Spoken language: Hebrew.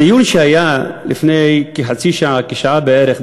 הדיון שארך שעה בערך,